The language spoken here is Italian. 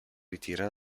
ritira